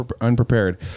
unprepared